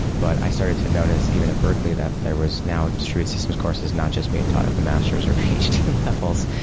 but i started to notice even at berkeley that there was now distributed courses not just being taught at the master's or ph d. and levels,